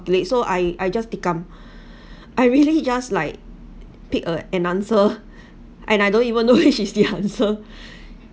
do it so I I just become tikam I really just like pick a an answer and I don't even know which is the answer